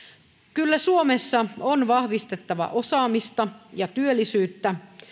kyllä suomessa on vahvistettava osaamista ja työllisyyttä